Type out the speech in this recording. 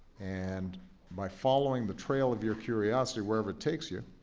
and by following the trail of your curiosity wherever it takes you,